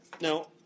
Now